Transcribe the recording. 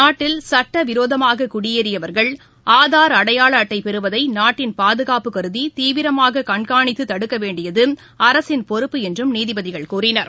நாட்டில் சட்ட விரோதமாக குடியேறியவர்கள் ஆதார் அடையாள அட்டை பெறுவதை நாட்டின் பாதுகாப்பு கருதி தீவிரமாக கண்காணித்து தடுக்க வேண்டியது அரசின் பொறுப்பு என்றும் நீதிபதிகள் கூறினர்